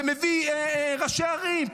ומביא ראשי ערים.